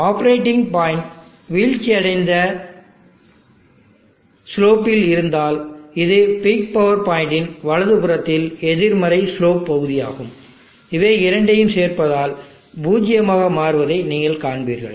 ஆப்ப rating point வீழ்ச்சியடைந்த ஸ்லோபில் இருந்தால் இது பீக் பவர்பாயிண்ட் இன் வலதுபுறத்தில் எதிர்மறை ஸ்லோப் பகுதியாகும் இவை இரண்டையும் சேர்ப்பதால் பூஜ்ஜியமாக மாறுவதை நீங்கள் காண்பீர்கள்